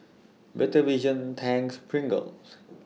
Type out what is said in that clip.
Better Vision Tangs and Pringles